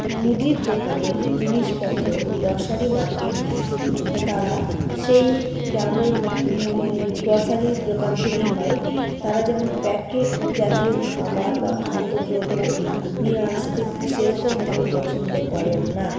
মুদির দোকানের জিনিসপত্র গ্রসারি মার্কেট তারা সেই গ্রামের গ্রসারির দোকান থেকে হয় তারা যেমন প্যাকেট জাতীয় খাবার বা খাদ্যদ্রব্য নিয়ে আসতে সেরকমভাবে পছন্দ করেন না